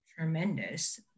tremendous